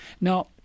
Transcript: now